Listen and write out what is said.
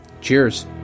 Cheers